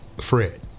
Fred